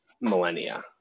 millennia